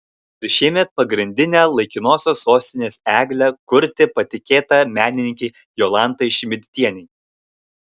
ir šiemet pagrindinę laikinosios sostinės eglę kurti patikėta menininkei jolantai šmidtienei